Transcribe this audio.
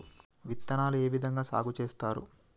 విత్తనాలు ఏ విధంగా సాగు చేస్తారు?